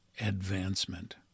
advancement